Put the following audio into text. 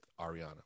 Ariana